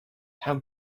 how